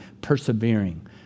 persevering